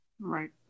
Right